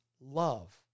love